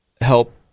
help